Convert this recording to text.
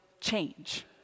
change